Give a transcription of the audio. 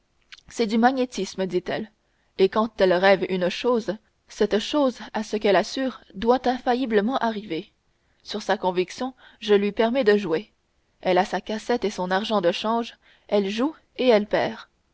c'est du magnétisme dit-elle et quand elle rêve une chose cette chose à ce qu'elle assure doit infailliblement arriver sur sa conviction je lui permets de jouer elle a sa cassette et son agent de change elle joue et elle perd